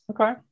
Okay